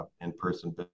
in-person